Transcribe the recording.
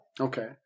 Okay